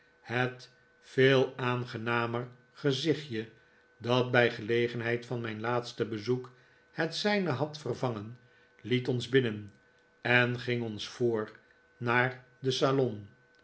het veel aangenamer gezichtje dat bij gelegenheid van mijn laatste bezoek het zijne had ve'rvan gen liet ons binnen en ging ons voor naar den salon